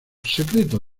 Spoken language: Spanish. secreto